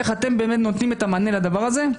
איך אתם באמת נותנים את המענה לדבר הזה?